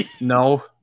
no